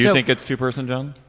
yeah think it's two person john